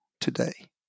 today